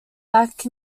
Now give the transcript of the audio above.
back